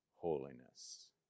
holiness